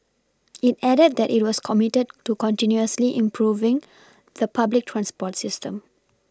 it added that it was committed to continually improving the public transport system